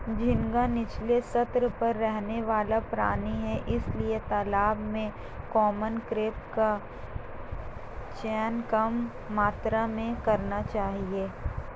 झींगा नीचले स्तर पर रहने वाला प्राणी है इसलिए तालाब में कॉमन क्रॉप का चयन कम मात्रा में करना चाहिए